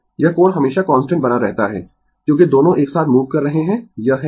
यह कोण हमेशा कांस्टेंट बना रहता है क्योंकि दोनों एक साथ मूव कर रहे है यह है एक